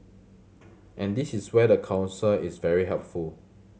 and this is where the council is very helpful